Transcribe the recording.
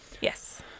Yes